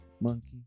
Monkey